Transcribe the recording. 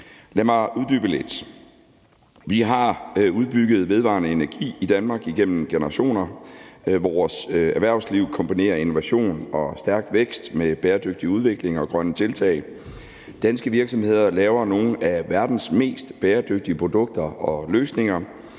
Lad mig uddybe lidt. Vi har udbygget den vedvarende energi i Danmark igennem generationer, vores erhvervsliv kombinerer innovation og stærk vækst med bæredygtig udvikling og grønne tiltag, danske virksomheder laver nogle af verdens mest bæredygtige produkter og løsninger,